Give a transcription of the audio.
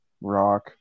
rock